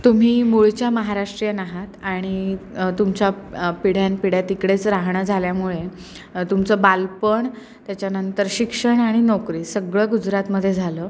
तुम्ही मुळच्या महाराष्ट्रीयन आहात आणि तुमच्या पिढ्यानपिढ्या तिकडेच राहणं झाल्यामुळे तुमचं बालपण त्याच्यानंतर शिक्षण आणि नोकरी सगळं गुजरातमध्ये झालं